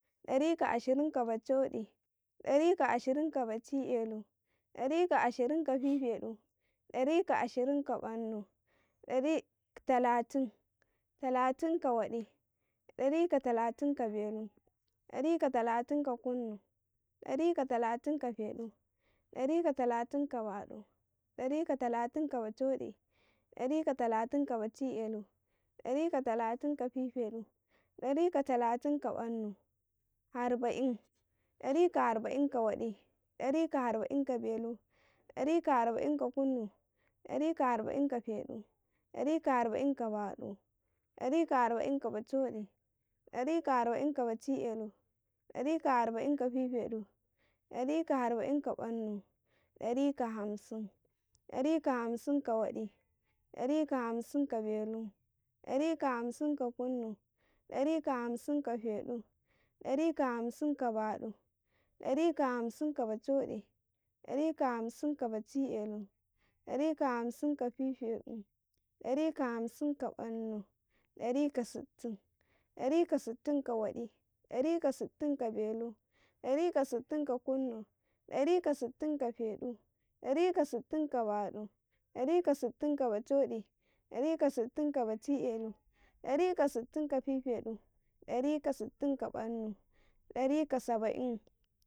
﻿Darika ashirin ka bacho'i, darika ashirin ka baci belu, darika ashirin ka fifeɗu, darika ashirin ka bannu, darika talatin, darika talatin ka waɗi, darika talatin ka belu, darika talatin ka kunnu, darika talatin ka feɗu, darika talatin ka bacho'i, darika talatin ka baci belu, dari ka harba', ɗari ka harba'in ka waɗi, ɗari ka harba'in ka belu, ɗari ka harba'in ka kunnu, ɗari ka harba'in ka ka feɗu, ɗari ka harba'in ka baɗu, ɗari ka harba'in ka bacho'i, ɗari ka harba'in ka baci belu, ɗari ka harba'in ka fifeɗu, ɗari ka harba'in ka bannu, ɗari ka hamsin, ɗari ka hamsin, ka waɗi, ɗari ka hamsin ka belu, ɗari ka hamsin ka kunnu, ɗari ka hamsin ka feɗu, ɗari ka hamsin ka baɗu, ɗari ka hamsin ka bacho'i, ɗari ka hamsin ka bachi belu, ɗari ka hamsin ka fifeɗu, ɗari ka hamsin kabannu, ɗarika sittin, ɗari ka sittin ka waɗi, ɗari ka sittin ka belu, ɗari ka sittin ka kunnu, ɗari ka sittin ka feɗu, ɗari ka sittin ka baɗu, ɗari ka sittin ka bachoɗi, ɗari ka sittin ka bachi belu, ɗari ka sittin ka fifeɗu, ɗari ka sittin ka bannu, ɗari ka saba'in.